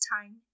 time